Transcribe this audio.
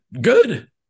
good